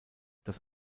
das